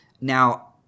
Now